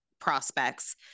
prospects